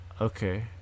Okay